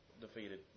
defeated